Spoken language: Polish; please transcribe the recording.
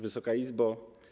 Wysoka Izbo!